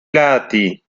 lati